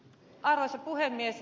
arvoisa puhemies